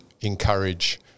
encourage